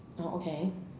oh okay